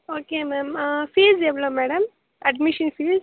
okay ma'am fees எவ்வளோ madam admission fees